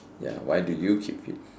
ya why do you keep fit